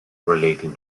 relating